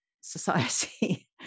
society